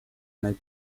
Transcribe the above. nel